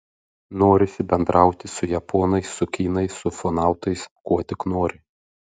norisi bendrauti su japonais su kinais su ufonautais kuo tik nori